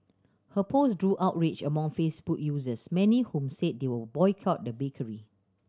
her post drew outrage among Facebook users many whom said they would boycott the bakery